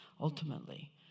ultimately